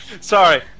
Sorry